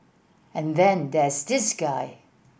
and then there's this guy